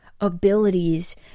abilities